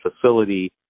facility